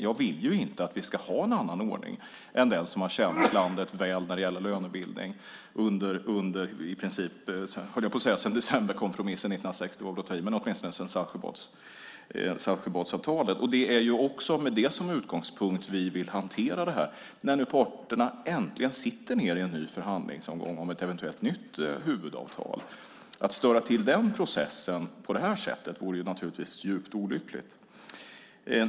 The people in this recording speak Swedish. Jag vill inte att vi ska ha en annan ordning än den som har tjänat landet väl när det gäller lönebildning, i princip sedan decemberkompromissen år 1960, höll jag på att säga, fastän det är att ta i. Det har åtminstone gällt sedan Saltsjöbadsavtalet. Det är också med det som utgångspunkt vi vill hantera det när parterna äntligen sitter ned i en förhandlingsomgång om ett eventuellt nytt huvudavtal. Att störa den processen på det här sättet vore djupt olyckligt.